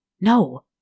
No